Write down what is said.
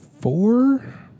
Four